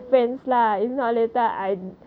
!woo!